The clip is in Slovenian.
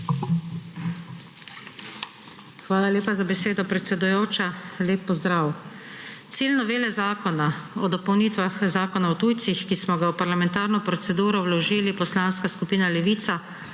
Hvala lepa za besedo, predsedujoča. Lep pozdrav! Cilj novele zakona o dopolnitvah Zakona o tujcih, ki smo ga v parlamentarno proceduro vložili Poslanska skupina Levica